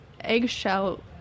eggshell